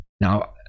now